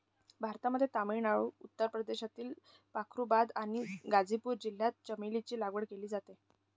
भारतामध्ये तामिळनाडू, उत्तर प्रदेशमधील फारुखाबाद आणि गाझीपूर जिल्ह्यात चमेलीची लागवड केली जाते